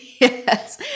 Yes